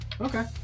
okay